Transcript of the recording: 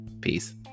Peace